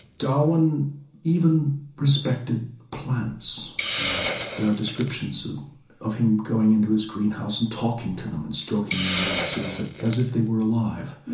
darwin even respected plants, and there are descriptions of him going into his greenhouse and talking to them and stroking their leaves as ah as if they were alive.